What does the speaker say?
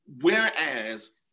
Whereas